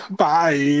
Bye